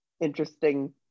interesting